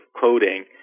coding